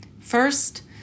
First